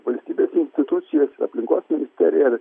valstybės institucijas aplinkos ministeriją ir